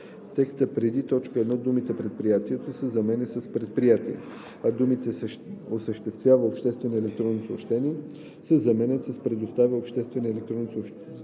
текста преди т. 1 думата „Предприятието“ се заменя с „Предприятие“, а думите „осъществява обществени електронни съобщения“ се заменят с „предоставя обществени електронни съобщителни